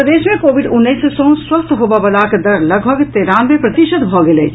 प्रदेश मे कोविड उन्नैस सँ स्वस्थ होबऽ बलाक दर लगभग तेरानवे प्रतिशत भऽ गेल अछि